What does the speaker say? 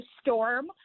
storm